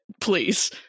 please